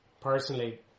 personally